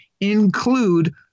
include